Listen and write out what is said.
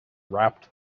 rapped